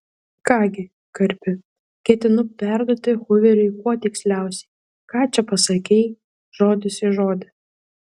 ką gi karpi ketinu perduoti huveriui kuo tiksliausiai ką čia pasakei žodis į žodį